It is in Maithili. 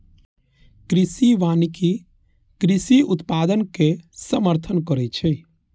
कृषि वानिकी कृषि उत्पादनक समर्थन करै छै